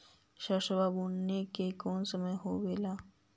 सरसोबा के बुने के कौन समय होबे ला?